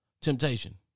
Temptation